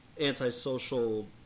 anti-social